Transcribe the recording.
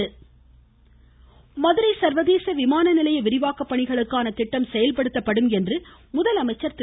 முதலமைச்சர் மதுரை சர்வதேச விமான நிலைய விரிவாக்க பணிகளுக்கான கிட்டம் செயல்படுத்தப்படும் என்று முதலமைச்சர் திரு